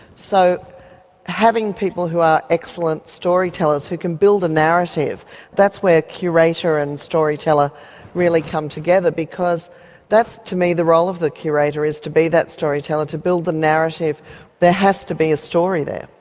so having people who are excellent story tellers who can build a narrative that's where curator and story teller really come together because that's to me the role of the curator is to be that story teller, to build the narrative there has to be a story there.